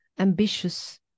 ambitious